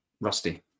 Rusty